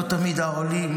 לא תמיד העולים,